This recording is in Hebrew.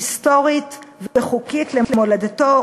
היסטורית וחוקית במולדתו,